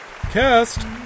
Cast